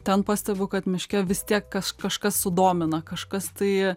ten pastebiu kad miške vis tiek kas kažkas sudomina kažkas tai